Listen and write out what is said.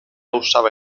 usaba